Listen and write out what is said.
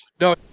no